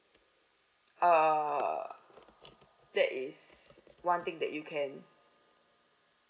uh that is [one] thing that you can